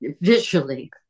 visually